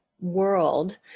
world